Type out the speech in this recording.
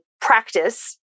practice